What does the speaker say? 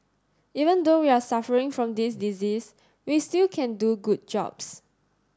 even though we are suffering from this disease we still can do good jobs